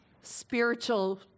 spiritual